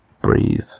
breathe